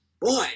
boy